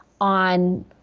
on